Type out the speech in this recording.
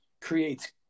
creates